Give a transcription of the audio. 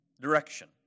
direction